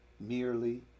merely